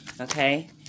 Okay